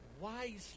wisely